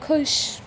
ਖੁਸ਼